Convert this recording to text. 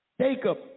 Jacob